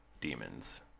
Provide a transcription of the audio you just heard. demons